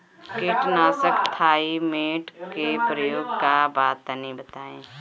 कीटनाशक थाइमेट के प्रयोग का बा तनि बताई?